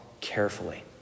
carefully